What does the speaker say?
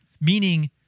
Meaning